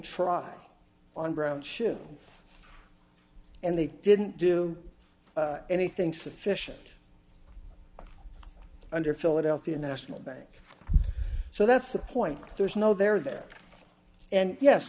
try on ground shoe and they didn't do anything sufficient under philadelphia national bank so that's the point there's no there there and yes